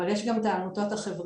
אבל יש גם את העמותות החברתיות,